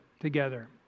together